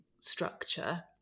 structure